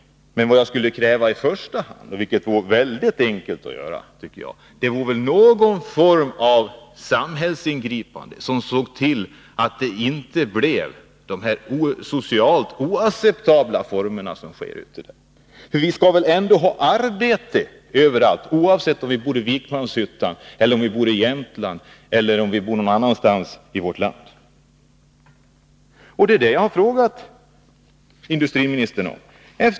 Men det som jag skulle kräva i första hand — och som går mycket enkelt att genomföra — är någon form av samhällsingripande, som innebär att man ser till att man inte får de socialt oacceptabla former som förekommer i dag. Vi skall väl ändå ha arbete överallt, oavsett om vi bor i Vikmanshyttan, i Jämtland eller någon annanstans i vårt land. Och det är detta jag har frågat industriministern om.